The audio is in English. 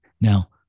Now